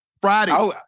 Friday